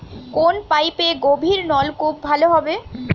কোন পাইপে গভিরনলকুপ ভালো হবে?